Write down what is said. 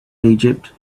egypt